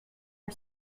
are